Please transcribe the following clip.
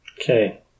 Okay